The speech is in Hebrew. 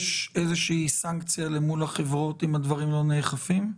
יש איזושהי סנקציה מול החברות אם הדברים לא נאכפים?